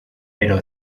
pero